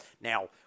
Now